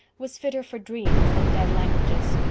was fitter for dreams than dead languages.